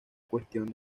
cuestión